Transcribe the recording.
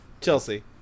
Chelsea